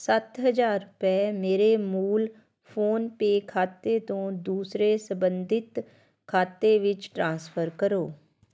ਸੱਤ ਹਜ਼ਾਰ ਰੁਪਏ ਮੇਰੇ ਮੂਲ ਫੋਨਪੇ ਖਾਤੇ ਤੋਂ ਦੂਸਰੇ ਸੰਬੰਧਿਤ ਖਾਤੇ ਵਿੱਚ ਟ੍ਰਾਂਸਫਰ ਕਰੋ